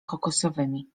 kokosowymi